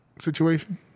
situation